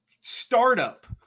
startup